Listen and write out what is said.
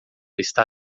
está